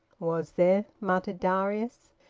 was there? muttered darius.